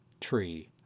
tree